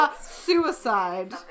Suicide